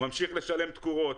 ממשיך לשלם תקורות,